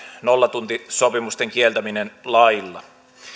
nollatuntisopimusten kieltäminen lailla